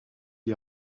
les